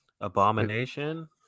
Abomination